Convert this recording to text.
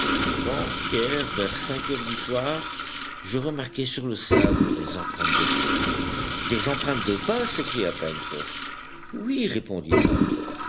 vers cinq heures du soir je remarquai sur le sable des empreintes de pas des empreintes de pas s'écria pencroff oui répondit nab